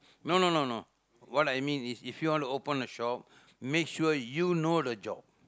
no no no no what I mean is if you want to open a shop make sure you know the job